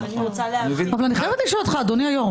אני לא מתערב ברף הראייתי.